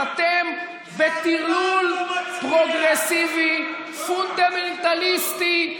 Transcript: אבל אתם בטרלול פרוגרסיבי, פונדמנטליסטי.